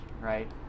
right